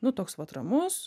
nu toks vat ramus